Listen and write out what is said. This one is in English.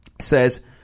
says